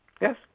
Yes